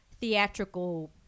theatrical